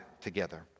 together